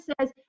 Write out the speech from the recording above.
says